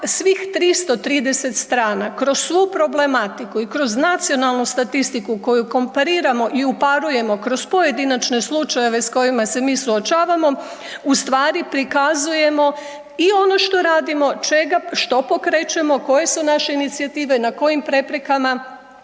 svih 330 strana kroz svu problematiku i kroz nacionalnu statistiku koju kompariramo i uparujemo kroz pojedinačne slučajeve s kojima se mi suočavamo u stvari prikazujemo i ono što radimo, što pokrećemo, koje su naše inicijative, na kojim preprekama